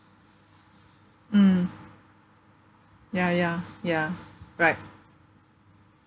mm ya ya ya right